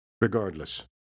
Regardless